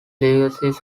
legacies